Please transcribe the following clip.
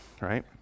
right